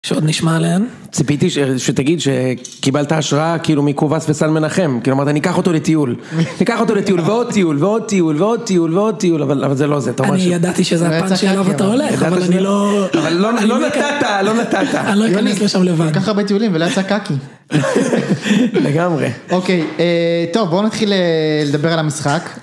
שעוד נשמע עליהן? ציפיתי שתגיד שקיבלת השראה כאילו מקובס וסל מנחם כי אמרת אני אקח אותו לטיול אני אקח אותו לטיול ועוד טיול ועוד טיול ועוד טיול ועוד טיול אבל זה לא זה אני ידעתי שזה הפעם שאני אוהב אותה הולך אבל אני לא... אבל לא נתתה, לא נתתה אני לא אכניס לו שם לבן אני אקח הרבה טיולים ולא יצא קאקי לגמרי אוקיי, טוב בואו נתחיל לדבר על המשחק